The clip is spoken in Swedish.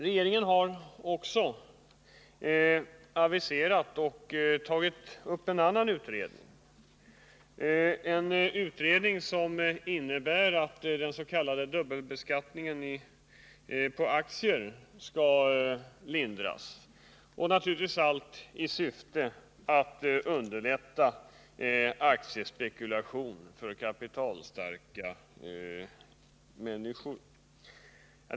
Regeringen har också aviserat en annan utredning, som skall undersöka möjligheterna att lindra den s.k. dubbelbeskattningen på aktier — naturligtvis i syfte att underlätta aktiespekulation för kapitalstarka människor.